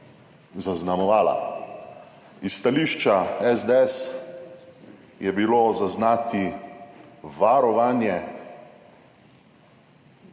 zaznamovala. Iz stališča SDS je bilo zaznati varovanje,